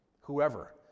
Whoever